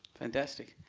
fantastic.